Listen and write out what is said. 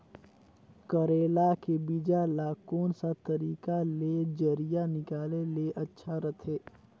करेला के बीजा ला कोन सा तरीका ले जरिया निकाले ले अच्छा रथे?